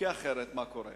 כי אחרת, מה קורה?